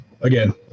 again